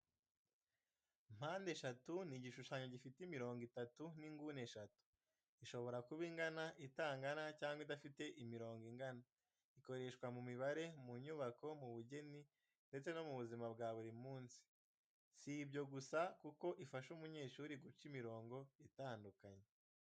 Mpandeshatu ni igishushanyo gifite imirongo itatu n’inguni eshatu. Ishobora kuba ingana, itangana cyangwa idafite imirongo ingana. Ikoreshwa mu mibare, mu nyubako, mu bugeni ndetse no mu buzima bwa buri munsi. Si ibyo gusa kuko ifasha umunyeshuri guca imirongo itandukanye.